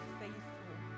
faithful